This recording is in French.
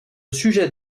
sujet